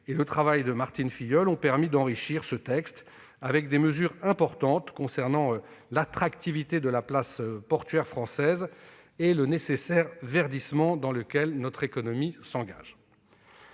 le travail de Martine Filleul ont permis d'enrichir ce texte, qui contient des mesures importantes en faveur de l'attractivité de la place portuaire française et du nécessaire verdissement dans lequel notre économie s'engage.